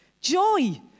Joy